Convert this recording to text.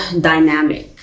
dynamic